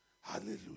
Hallelujah